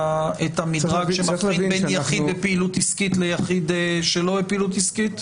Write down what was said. המדרג שמבדיל בין יחיד בפעילות עסקית לבין יחיד שלא בפעילות עסקית?